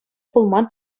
пулма